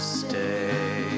stay